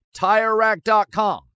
TireRack.com